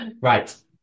right